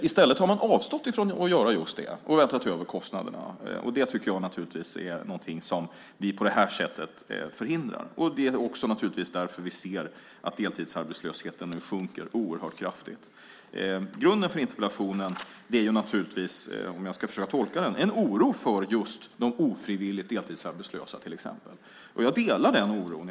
I stället har man avstått från att göra just det och vältrat över kostnaderna. Det tycker jag naturligtvis är någonting som vi på det här sättet förhindrar. Det är naturligtvis också därför vi ser att deltidsarbetslösheten nu sjunker oerhört kraftigt. Grunden för interpellationen är naturligtvis, om jag ska försöka tolka den, en oro för just de ofrivilligt deltidsarbetslösa. Jag delar den oron.